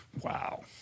Wow